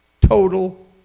total